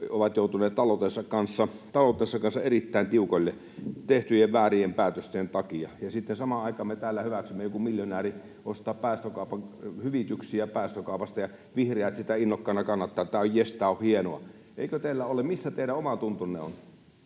ovat joutuneet taloutensa kanssa erittäin tiukoille tehtyjen väärien päätösten takia. Sitten samaan aikaan me täällä hyväksymme jonkun miljonäärin ostaa hyvityksiä päästökaupasta, ja vihreät sitä innokkaana kannattavat, että jes, tämä on hienoa. Missä teidän omatuntonne on?